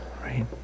right